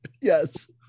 Yes